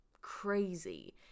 crazy